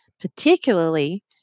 Particularly